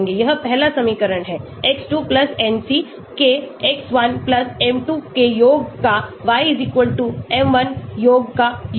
यह पहला समीकरण है x2 nc के X1 m2 के योग का y m1 योग का योग